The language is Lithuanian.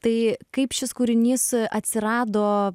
tai kaip šis kūrinys atsirado